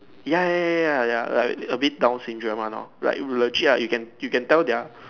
ya ya ya ya ya ya like a bit Down's syndrome one lor like legit ah you can you can tell their